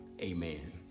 amen